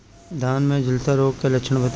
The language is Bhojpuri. धान में झुलसा रोग क लक्षण बताई?